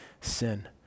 sin